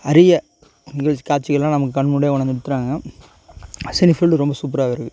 அரிய நிகழ்ச்சி காட்சிகள்லாம் நம்ம கண் முன்னாடியே கொண்ணாந்து நிறுத்துறாங்க சினி ஃபீல்டு ரொம்ப சூப்பராகவே இருக்கு